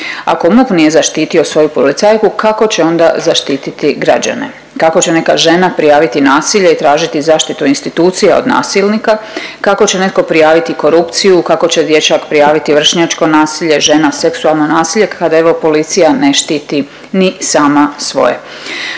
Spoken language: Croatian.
Ako MUP nije zaštitio svoju policajku kako će onda zaštititi građane. Kako će neka žena prijaviti nasilje i tražiti zaštitu institucija od nasilnika, kako će netko prijaviti korupciju, kako će dječak prijaviti vršnjačko nasilje, žena seksualno nasilje, kad evo policija ne štiti ni sama svoje.